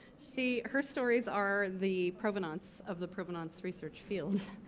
see, her stories are the provenance of the provenance research field.